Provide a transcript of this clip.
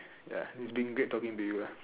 ya it's been great talking to you